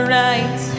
right